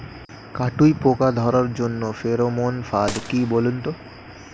কাটুই পোকা ধরার জন্য ফেরোমন ফাদ কি বলুন তো?